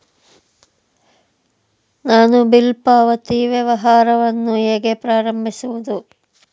ನಾನು ಬಿಲ್ ಪಾವತಿ ವ್ಯವಹಾರವನ್ನು ಹೇಗೆ ಪ್ರಾರಂಭಿಸುವುದು?